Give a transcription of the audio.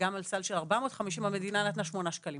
גם על סל של 450 המדינה נתנה שמונה שקלים.